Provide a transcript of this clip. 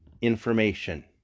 information